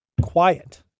quiet